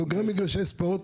סוגר מגרשי ספורט.